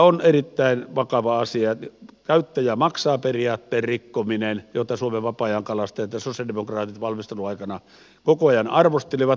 sitten erittäin vakava asia on käyttäjä mak saa periaatteen rikkominen jota suomen vapaa ajankalastajat ja sosialidemokraatit valmisteluaikana koko ajan arvostelivat